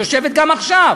יושבת גם עכשיו